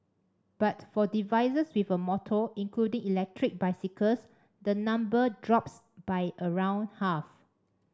but for devices with a motor including electric bicycles the number drops by around half